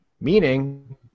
Meaning